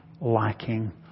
lacking